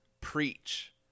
preach